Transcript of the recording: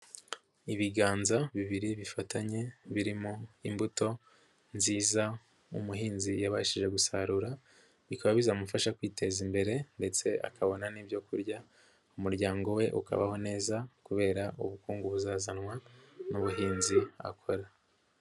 Ibiganza bibiri bifatanye, birimo imbuto nziza, umuhinzi yabashije gusarura, bikaba bizamufasha kwiteza imbere ndetse akabona n'ibyo kurya, umuryango we ukabaho neza kubera ubukungu buzazanwa n'ubuhinzi akora.